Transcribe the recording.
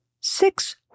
Six